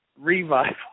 revival